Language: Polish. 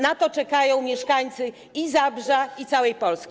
Na to czekają mieszkańcy i Zabrza, i całej Polski.